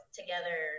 together